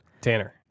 Tanner